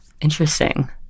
Interesting